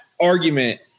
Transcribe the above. argument